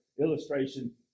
illustration